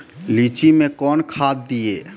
लीची मैं कौन खाद दिए?